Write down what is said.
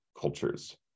cultures